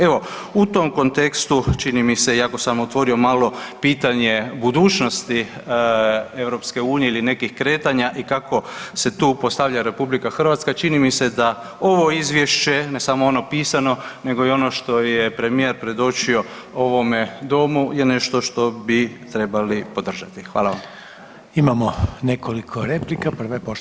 Evo, u tom kontekstu čini mi se iako sam otvorio pitanje budućnosti EU ili nekih kretanja i kako se tu postavlja RH čini mi se da ovo izvješće, ne samo ono pisano nego i ono što je premijer predočio ovome domu je nešto što bi trebali podržati.